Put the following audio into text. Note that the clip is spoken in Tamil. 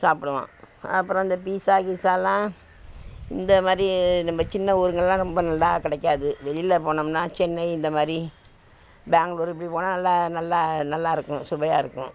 சாப்பிடுவோம் அப்புறம் இந்த பீசா கீசாலாம் இந்த மாதிரி நம்ம சின்ன ஊருங்கள்லாம் ரொம்ப நல்லா கிடைக்காது வெளியில போனோம்ன்னா சென்னை இந்த மாதிரி பேங்களூர் இப்படி போனால் நல்லா நல்லா நல்லா இருக்கும் சுவையாக இருக்கும்